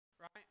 right